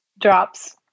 drops